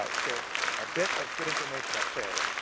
ah so a bit of good information up there.